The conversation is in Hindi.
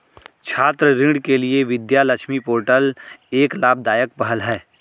छात्र ऋण के लिए विद्या लक्ष्मी पोर्टल एक लाभदायक पहल है